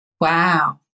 Wow